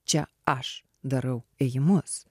čia aš darau ėjimus